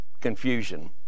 confusion